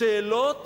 בשאלות